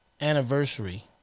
anniversary